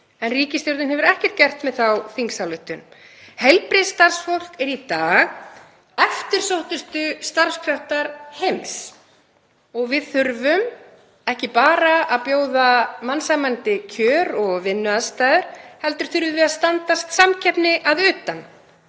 en ríkisstjórnin hefur ekkert gert með þá þingsályktun. Heilbrigðisstarfsfólk er í dag eftirsóttustu starfskraftar heims og við þurfum ekki bara að bjóða mannsæmandi kjör og vinnuaðstæður heldur þurfum við að standast samkeppni að utan.